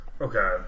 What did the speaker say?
Okay